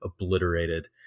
obliterated